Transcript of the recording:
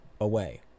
away